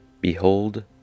Behold